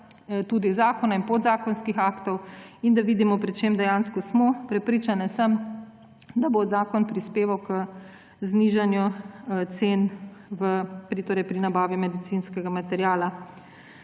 zakona in podzakonskih aktov in da vidimo, pri čem dejansko smo. Prepričana sem, da bo zakon prispeval k znižanju cen pri nabavi medicinskega materiala.